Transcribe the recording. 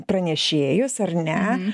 pranešėjus ar ne